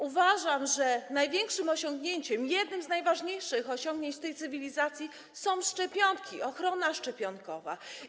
Uważam, że największym osiągnięciem, jednym z najważniejszych osiągnięć tej cywilizacji są szczepionki, ochrona szczepionkowa.